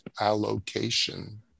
allocation